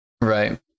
Right